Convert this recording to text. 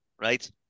Right